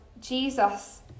Jesus